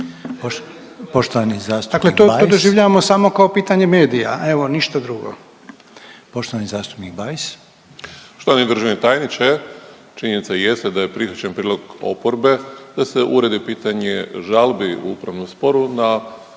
Poštovani zastupnik Bajs.